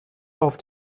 auf